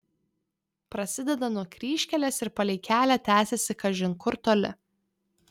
prasideda nuo kryžkelės ir palei kelią tęsiasi kažin kur toli